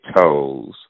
toes